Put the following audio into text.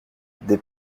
des